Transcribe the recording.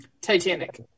Titanic